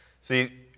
See